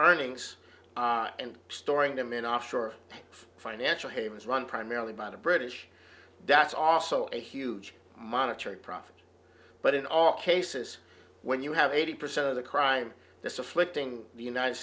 links and storing them in offshore financial havens run primarily by the british that's also a huge monetary profit but in all cases when you have eighty percent of the crime this afflicting the united